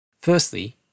Firstly